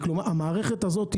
המערכת הזאת,